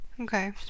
Okay